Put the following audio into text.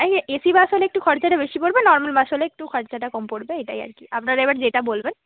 এই A C bus হলে একটু খরচাটা বেশি পড়বে নর্মাল বাস হলে একটু খরচাটা কম পড়বে এটাই আর কি আপনারা এবার যেটা বলবেন